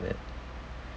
that